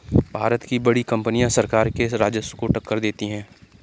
भारत की बड़ी कंपनियां सरकार के राजस्व को टक्कर देती हैं